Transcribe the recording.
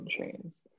chains